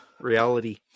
reality